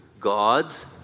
God's